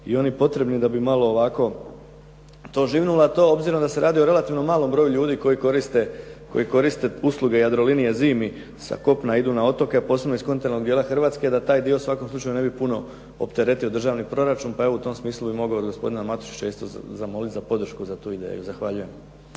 i oni potrebni da bi malo to živnulo. Ali obzirom da se radi o relativnom malom broju ljudi koji koriste usluge Jadrolinije zimi, sa kopna idu na otoke, a posebno iz kontinentalnog dijela Hrvatske da taj dio u svakom slučaju ne bi puno opteretio državni proračun. Pa evo u tom smislu bi molio gospodina Matušića za podršku za tu ideju. Zahvaljujem.